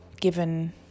given